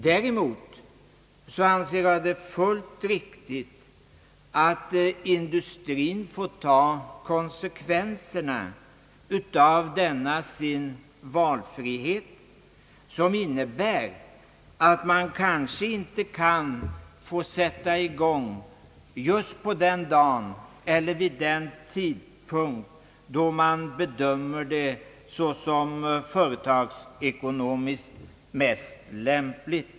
Däremot anser jag det fullt riktigt att industrin får ta konsekvenserna av denna sin valfrihet, innebärande att man kanske inte kan sätta igång just på den dag eller vid den tidpunkt då man bedömer det såsom företagsekonomiskt mest lämpligt.